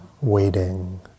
waiting